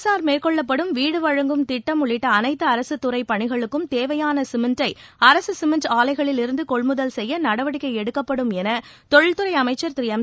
அரசால் மேற்கொள்ளப்படும் வீடு வழங்கும் திட்டம் உள்ளிட்ட அளைத்து அரசுத்துறை பணிகளுக்கும் தேவையான சிமெண்ட்டை அரசு சிமெண்ட் ஆலைகளிலிருந்து கொள்முதல் செய்ய நடவடிக்கை எடுக்கப்படும் என தொழில்துறை அமைச்சர் திருஎம்